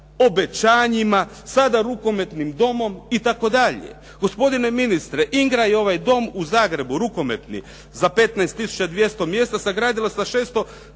sada rukometnim domom itd. Gospodine ministre, INGRA i ovaj dom u Zagrebu rukometni za 15 tisuća 200 mjesta sagradila za 644